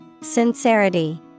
Sincerity